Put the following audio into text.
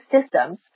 systems